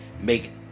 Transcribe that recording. make